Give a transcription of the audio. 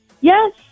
Yes